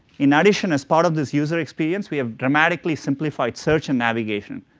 in addition, as part of this user experience, we have dramatically simplified search and navigation,